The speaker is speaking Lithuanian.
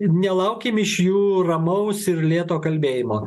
nelaukim iš jų ramaus ir lėto kalbėjimo